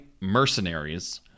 mercenaries